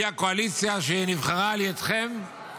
היא נבחרה על ידיכם,